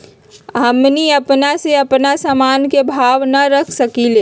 हमनी अपना से अपना सामन के भाव न रख सकींले?